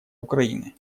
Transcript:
украины